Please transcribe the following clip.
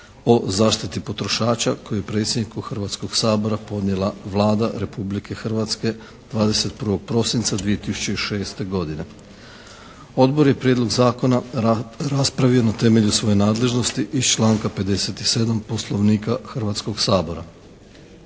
o zaštiti potrošača koji je predsjedniku Hrvatskog sabora podnijela Vlada Republike Hrvatske, 21. prosinca 2006. godine. Odbor je Prijedlog zakona raspravio na temelju svoje nadležnosti iz članka 57. Poslovnika Hrvatskog sabora.